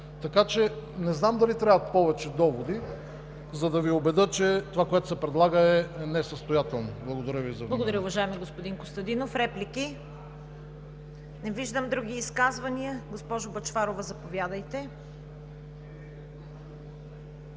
Така че не знам дали трябват повече доводи, за да ви убедя, че това, което се предлага, е несъстоятелно. Благодаря Ви. ПРЕДСЕДАТЕЛ ЦВЕТА КАРАЯНЧЕВА: Благодаря, уважаеми господин Костадинов. Реплики? Не виждам. Други изказвания? Госпожо Бъчварова, заповядайте.